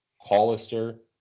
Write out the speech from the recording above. Hollister